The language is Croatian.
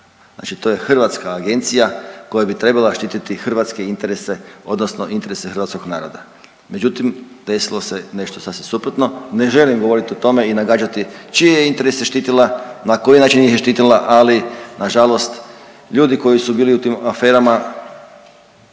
Znači to je hrvatska agencija koja bi trebala štiti hrvatske interese, odnosno interese hrvatskog naroda. Međutim, desilo se nešto sasvim suprotno. Ne želim govoriti o tome i nagađati čije je interese štitila, na koji način ih je štitila, ali na žalost ljudi koji su bili u tim aferama